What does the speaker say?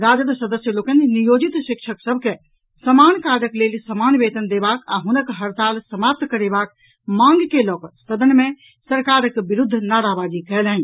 राजद सदस्य लोकनि नियोजित शिक्षक सभ के समान काजक लेल समान वेतन देबाक आ हुनक हड़ताल समाप्त करेबाक मांग के लड़कड सदन मे सरकारक विरूद्ध नाराबाजी कयलनि